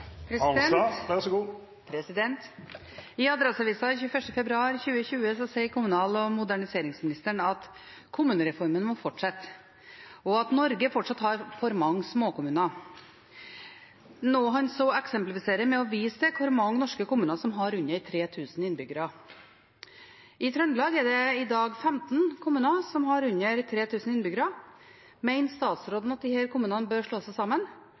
at Norge fortsatt har «for mange små kommuner», noe han så eksemplifiserer med å vise til hvor mange norske kommuner som har under 3 000 innbyggere. I Trøndelag er det i dag 15 kommuner som har under 3 000 innbyggere. Mener statsråden at disse bør slå seg sammen,